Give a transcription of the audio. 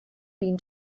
been